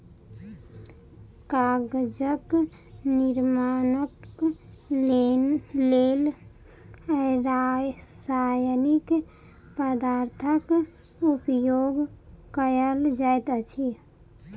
कागजक निर्माणक लेल रासायनिक पदार्थक उपयोग कयल जाइत अछि